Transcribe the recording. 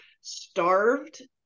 starved